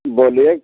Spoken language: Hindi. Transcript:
बोलिए